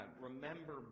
remember